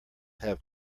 have